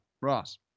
Ross